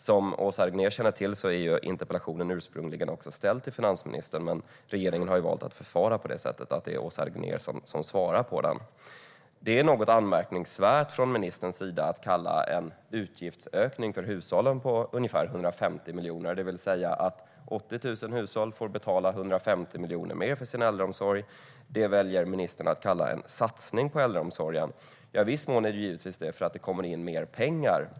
Som Åsa Regnér känner till är interpellationen ursprungligen ställd till finansministern, men regeringen har valt att förfara på det sättet att det är Åsa Regnér som svarar på den. Det är något anmärkningsvärt att ministern kallar en utgiftsökning för hushållen på ungefär 150 miljoner, det vill säga att 80 000 hushåll får betala 150 miljoner mer för sin äldreomsorg, en satsning på äldreomsorgen. I viss mån är det så, för det kommer in mer pengar.